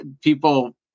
people